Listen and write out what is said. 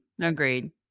agreed